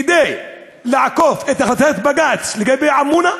כדי לעקוף את החלטת בג"ץ לגבי עמונה,